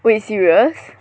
wait serious